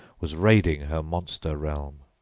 was raiding her monster-realm.